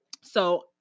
So-